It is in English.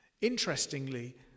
Interestingly